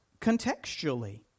contextually